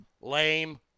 Lame